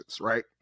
right